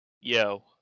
Yo